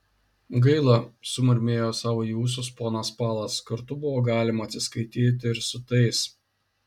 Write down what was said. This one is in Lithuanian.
gaila sumurmėjo sau į ūsus ponas palas kartu buvo galima atsiskaityti ir su tais